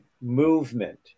movement